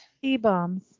T-bombs